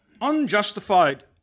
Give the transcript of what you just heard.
unjustified